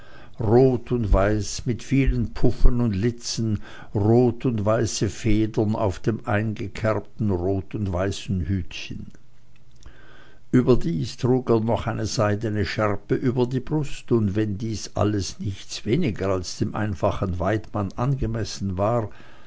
rot und weiß mit vielen puffen und litzen rot und weiße federn auf dem eingekerbten rot und weißen hütchen überdies trug er noch eine seidene schärpe über der brust und wenn dies alles nichts weniger als dem einfachen weidmann an gemessen war